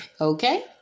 Okay